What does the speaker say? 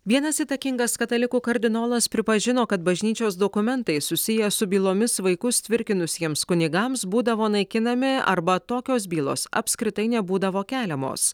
vienas įtakingas katalikų kardinolas pripažino kad bažnyčios dokumentai susiję su bylomis vaikus tvirkinusiems kunigams būdavo naikinami arba tokios bylos apskritai nebūdavo keliamos